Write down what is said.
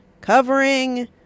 covering